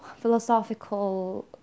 philosophical